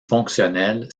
fonctionnelle